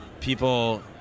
people